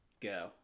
go